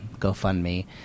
GoFundMe